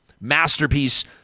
masterpiece